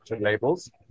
labels